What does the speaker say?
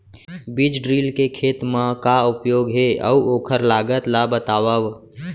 बीज ड्रिल के खेत मा का उपयोग हे, अऊ ओखर लागत ला बतावव?